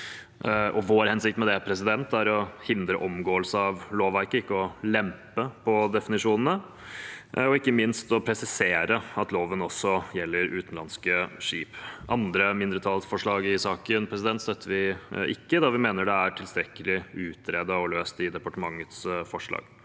Vår hensikt med det er å hindre omgåelse av lovverket, ikke å lempe på definisjonene, og ikke minst å presisere at loven også gjelder utenlandske skip. Andre mindretallsforslag i saken støtter vi ikke, da vi mener det er tilstrekkelig utredet og løst i departementets forslag.